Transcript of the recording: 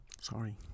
Sorry